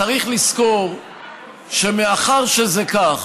צריך לזכור שמאחר שזה כך